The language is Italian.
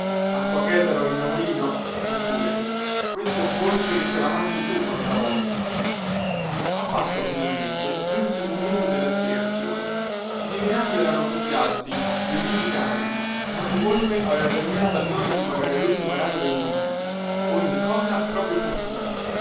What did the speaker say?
dicendo acqua cheta rovina mulino oppure questa è volpe che se la mangia il lupo stavolta a pasqua finalmente giunse il momento della spiegazione i seminati erano alti così gli ulivi carichi nanni volpe aveva terminato allora di pagare lultima rata del mulino ogni cosa proprio opportuna